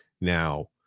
Now